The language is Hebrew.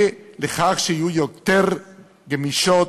לכך שיהיו יותר גמישות,